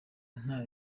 nta